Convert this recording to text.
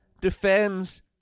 defends